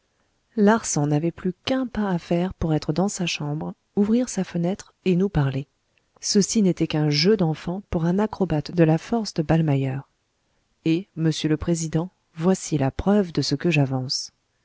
larsan n'avait plus qu'un pas à faire pour être dans sa chambre ouvrir sa fenêtre et nous parler ceci n'était qu'un jeu d'enfant pour un acrobate de la force de ballmeyer et monsieur le président voici la preuve de ce que j'avance